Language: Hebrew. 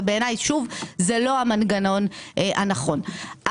ובעיניי זה לא המנגנון הנכון.